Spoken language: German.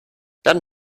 dann